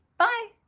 bye!